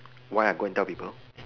why I go and tell people